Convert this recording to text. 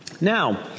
Now